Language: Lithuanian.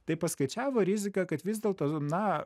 tai paskaičiavo riziką kad vis dėlto na